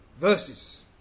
verses